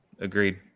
Agreed